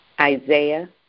Isaiah